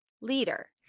leader